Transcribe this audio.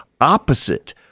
opposite